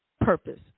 purpose